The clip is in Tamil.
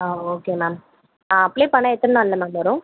ஆ ஓகே மேம் அப்ளை பண்ணா எத்தனை நாளில் மேம் வரும்